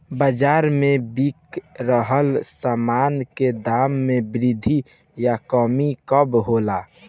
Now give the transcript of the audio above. बाज़ार में बिक रहल सामान के दाम में वृद्धि या कमी कब होला?